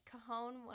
Cajon